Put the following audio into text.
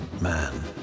man